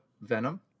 venom